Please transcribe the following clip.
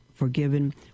forgiven